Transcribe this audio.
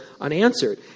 unanswered